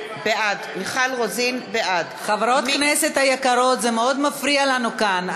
בעד חברות הכנסת היקרות, זה מאוד מפריע לנו כאן.